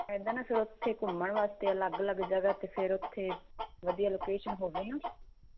ਏਦਾਂ ਨਾ ਫੇਰ ਉੱਥੇ ਘੁੰਮਣ ਵਾਸਤੇ ਅਲੱਗ ਅਲੱਗ ਜਗ੍ਹਾ 'ਤੇ ਫੇਰ ਉੱਥੇ ਵਧੀਆ ਲੋਕੇਸ਼ਨ ਹੋਵੇ ਨਾ